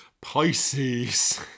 pisces